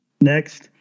Next